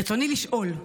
רצוני לשאול: